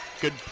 Good